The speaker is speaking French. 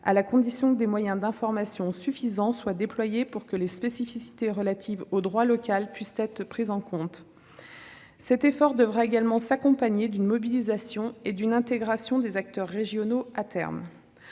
il faudra que des moyens d'information suffisants soient déployés pour que les spécificités relatives au droit local puissent être prises en compte. Cet effort devra également s'accompagner d'une mobilisation et d'une intégration, à terme, des acteurs régionaux.